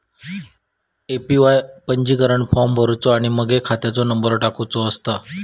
APY पंजीकरण form भरुचो आणि मगे खात्याचो नंबर टाकुचो असता